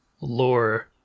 lore